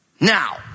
Now